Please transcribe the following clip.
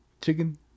Chicken